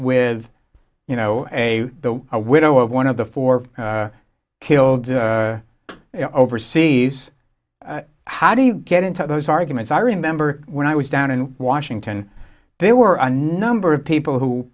with you know a the widow of one of the four killed overseas how do you get into those arguments i remember when i was down in washington there were a number of people who